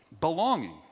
Belonging